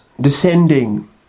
descending